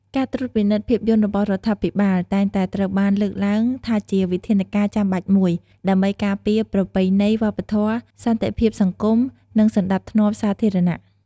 ការត្រួតពិនិត្យភាពយន្តរបស់រដ្ឋាភិបាល តែងតែត្រូវបានលើកឡើងថាជាវិធានការចាំបាច់មួយ ដើម្បីការពារប្រពៃណីវប្បធម៌ សន្តិភាពសង្គម និងសណ្ដាប់ធ្នាប់សាធារណៈ។